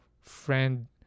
friend